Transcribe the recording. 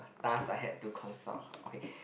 thus I had to consult okay